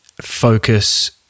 focus